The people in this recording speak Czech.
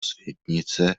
světnice